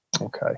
Okay